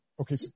Okay